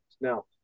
Now